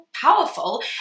powerful